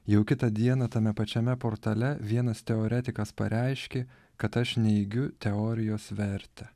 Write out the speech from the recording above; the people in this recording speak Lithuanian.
jau kitą dieną tame pačiame portale vienas teoretikas pareiškė kad aš neigiu teorijos vertę